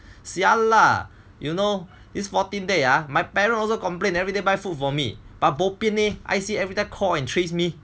[sialah] you know this fourteen day ah my parents also complain everyday buy food for me but bopian leh I_C_A everytime call and trace me